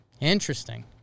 Interesting